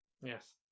Yes